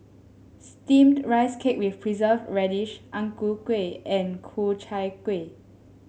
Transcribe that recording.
steamed Rice Cake with Preserved Radish Ang Ku Kueh and Ku Chai Kuih